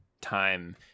time